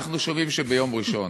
אנחנו שומעים שביום ראשון